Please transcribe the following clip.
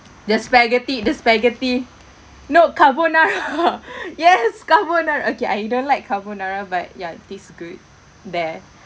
the spaghetti the spaghetti no carbonara yes carbonar~ okay I don't like carbonara but ya it taste good there